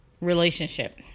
relationship